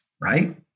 Right